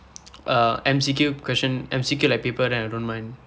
uh M_C_Q question M_C_Q like paper then I don't mind